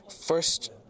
First